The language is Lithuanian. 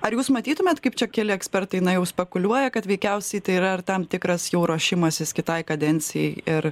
ar jūs matytumėt kaip čia keli ekspertai na jau spekuliuoja kad veikiausiai tai yra ar tam tikras jau ruošimasis kitai kadencijai ir